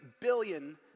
billion